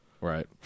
Right